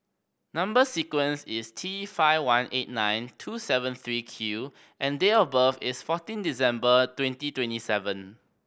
number sequence is T five one eight nine two seven three Q and date of birth is fourteen December twenty twenty seven